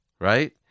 right